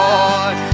Lord